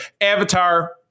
Avatar